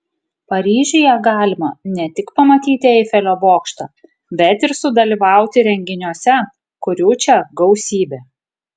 paryžiuje galima ne tik pamatyti eifelio bokštą bet ir sudalyvauti renginiuose kurių čia gausybė